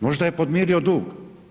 Možda je podmirio dug.